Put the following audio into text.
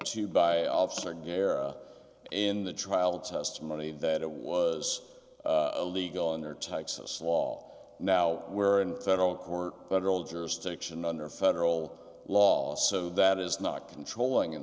to by officer guera in the trial testimony that it was illegal under texas law now where in federal court federal jurisdiction under federal law so that is not controlling in